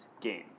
game